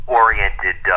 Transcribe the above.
oriented